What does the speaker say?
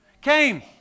Came